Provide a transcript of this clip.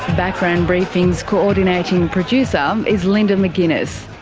background briefing's co-ordinating producer um is linda mcginness,